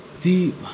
deep